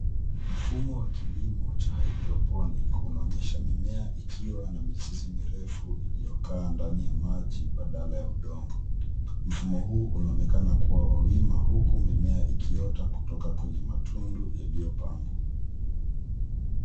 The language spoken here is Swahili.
Mfumo wa kilimo cha hydroponic . Unaonyesha mimea ikiwa na mizizi mirefu iliyokaa ndani ya maji badala ya udongo. Mfumo huu unaonekana kuwa wima, huku mimea ikiota kutoka kwenye matundu yaliyopangwa.